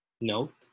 Note